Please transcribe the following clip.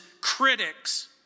critics